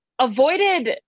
avoided